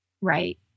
Right